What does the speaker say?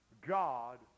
God